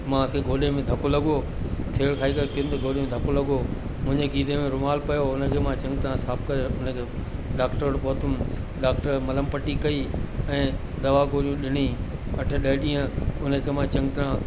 मूंखे गोॾे में धकु लॻो छिड़ खाई करे किरियुमि त गोॾे में धकु लॻो मुंहिंजे गीदे में रुमाल पयो हुओ उन खे मां चङी तरह साफ़ करे उन खे डाक्टर वटि पहुंतुमि डाक्टर मलहम पटी कई ऐं दवा गोरियूं ॾिनईं अठ ॾह ॾींहं हुन खे मां चङ तरह